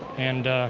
and